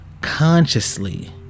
consciously